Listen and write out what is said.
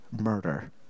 murder